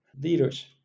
leaders